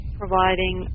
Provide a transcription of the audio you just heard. providing